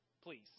please